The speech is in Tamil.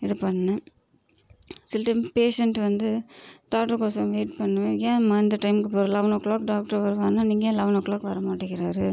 இது பண்ணேன் சில டைம் பேஷண்ட் வந்து டாக்டருக்கொசரம் வெயிட் பண்ணவே ஏம்மா இந்த டைமுக்கு இப்போ ஒரு லவன் ஓ கிளாக் டாக்ட்ரு வருவாருன்னால் நீங்கள் ஏன் லவன் ஓ கிளாக் வரமாட்டேக்கிறாரு